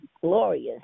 glorious